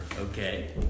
Okay